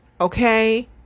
Okay